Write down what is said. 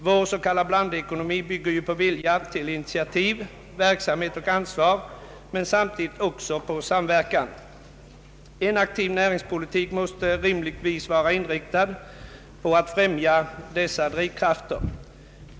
Vår s.k. blandekonomi bygger på vilja till initiativ, verksamhet och ansvar men samtidigt också på samverkan. En aktiv näringspolitik måste rimligtvis vara inriktad på att främja dessa drivkrafter.